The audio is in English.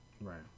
Right